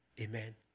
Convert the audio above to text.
Amen